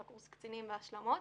או קורס קצינים והשלמות,